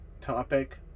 topic